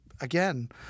again